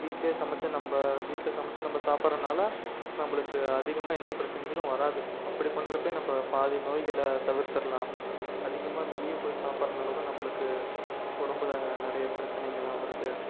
வீட்டிலையே சமைச்சு நம்ம வீட்டில் சமைச்சு நம்ம சாப்பிட்றனால நம்மளுக்கு அதிகமாக எந்த பிரச்சனைகளும் வராது அப்படி பண்றப்போயே நம்ம பாதி நோய்களை தவிர்த்துடலாம் அதிகமாக வெளியே போய் சாப்பிட்றனால தான் நம்மளுக்கு உடம்புல நிறைய பிரச்சனைகள்லாம் வருது